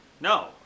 No